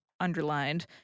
Underlined